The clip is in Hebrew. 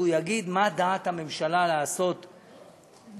והוא יגיד מה בדעת הממשלה לעשות בהמשך.